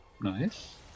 Nice